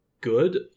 good